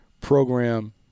program –